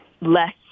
less